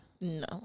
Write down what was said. No